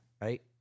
Right